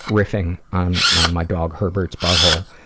riffing on my dog herbert's butthole.